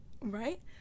Right